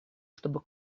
чтобы